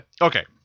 Okay